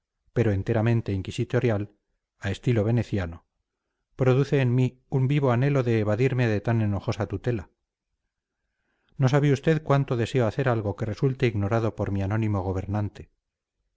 pero enteramente inquisitorial a estilo veneciano produce en mí un vivo anhelo de evadirme de tan enojosa tutela no sabe usted cuánto deseo hacer algo que resulte ignorado por mi anónimo gobernante